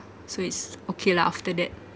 so it's okay lah after that